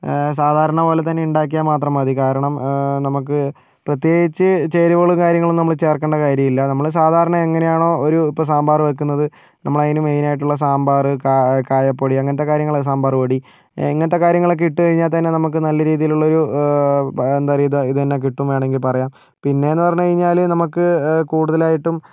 സാധാരണ പോലെ തന്നെ ഉണ്ടാക്കിയാൽ മാത്രം മതി കാരണം നമുക്ക് പ്രത്യേകിച്ച് ചേരുവകൾ കാര്യങ്ങളൊന്നും നമ്മൾ ചേർക്കണ്ട കാര്യമില്ല നമ്മൾ സാധാരണ എങ്ങനെയാണൊ ഒരു ഇപ്പം സാമ്പാർ വെക്കുന്നത് നമ്മളതിന് മെയ്നായിട്ടുള്ള സാമ്പാർ കാ കായപ്പൊടി അങ്ങനത്തെ കാര്യങ്ങൾ സാമ്പാർ പൊടി ഇങ്ങനത്തെ കാര്യങ്ങളൊക്കെ ഇട്ട് കഴിഞ്ഞാൽ തന്നെ നമുക്ക് നല്ല രീതിയിലുള്ളൊരു എന്താ പറയുക ഇത് ഇത് തന്നെ കിട്ടും വേണമെങ്കിൽ പറയാം പിന്നെയെന്ന് പറഞ്ഞ് കഴിഞ്ഞാൽ നമുക്ക് കൂടുതലായിട്ടും